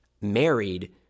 married